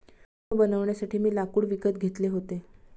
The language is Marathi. पलंग बनवण्यासाठी मी लाकूड विकत घेतले होते